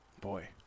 Boy